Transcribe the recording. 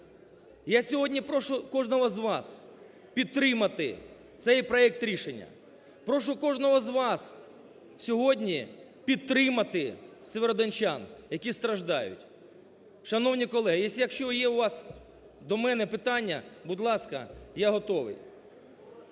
Я сьогодні прошу кожного з вас підтримати цей проект рішення. прошу кожного з вас сьогодні підтримати сєвєродончан, які страждають. Шановні колеги, якщо є у вас до мене питання – будь ласка, я готовий.